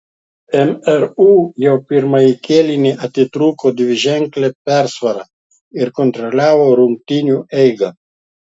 mru jau pirmąjį kėlinį atitrūko dviženkle persvara ir kontroliavo rungtynių eigą